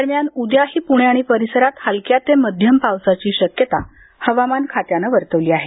दरम्यान उद्याही पुणे आणि परिसरात हलक्या ते मध्यम पावसाची शक्यता हवामान खात्यानं वर्तवली आहे